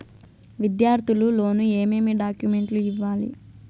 విద్యార్థులు లోను ఏమేమి డాక్యుమెంట్లు ఇవ్వాలి?